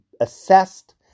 assessed